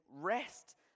rest